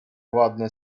ładne